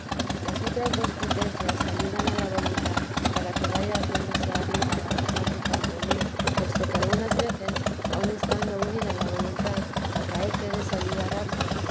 las otras dos potencias ayudan a la voluntad para que vaya haciéndose hábil para gozar de tanto bien puesto que algunas veces aun estando unida la voluntad acaece desayudar harte